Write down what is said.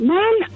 Man